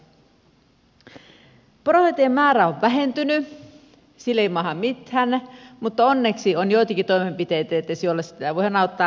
poronhoitajien määrä on vähentynyt sille ei mahda mitään mutta onneksi on edes joitakin toimenpiteitä joilla sitä voidaan auttaa eteenpäin